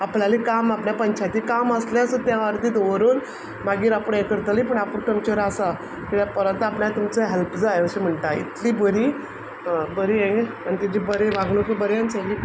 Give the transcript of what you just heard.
आपणालें काम आपले पंचायतीचें काम आसल्यार सुद्दां तें अर्दें दवरून मागीर आपूण हें करतली पूण आपूण तुमचे बारा आसा कित्याक परत आपणाक तुमचो हेल्प जाय अशें म्हणटा इतली बरी बरीं हें आनी तिची वागणुकूय बरी आनी सगळी